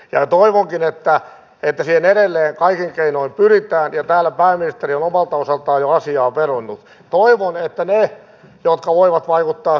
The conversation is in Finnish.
ja toivonkin että siihen edelleen kaikin keinoin pyritään ja täällä pääministeri on omalta osaltaan jo asiaan vedonnut